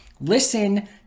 Listen